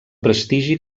prestigi